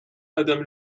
madame